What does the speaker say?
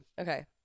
Okay